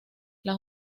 las